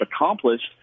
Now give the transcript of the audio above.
accomplished